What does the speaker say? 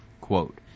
Quote